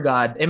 God